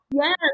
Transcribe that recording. Yes